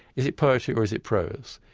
is it poetry or is it prose?